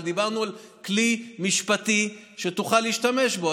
אבל דיברנו על כלי משפטי שתוכל להשתמש בו,